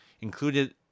Included